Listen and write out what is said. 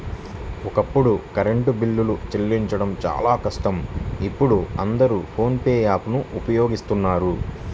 ఒకప్పుడు కరెంటు బిల్లులు చెల్లించడం చాలా కష్టం ఇప్పుడు అందరూ ఫోన్ పే యాప్ ను వినియోగిస్తున్నారు